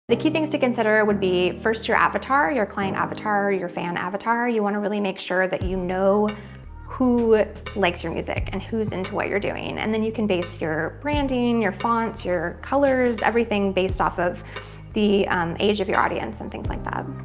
the key things to consider would be, first, your avatar your client avatar or your fan avatar. you want to really make sure that you know who likes your music, and who's into what you're doing. and then you can base your branding, your fonts, your colors, everything based off of the age of your audience and things like that.